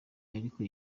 ariko